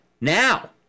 now